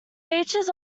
features